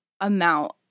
amount